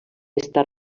està